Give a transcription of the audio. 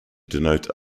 denote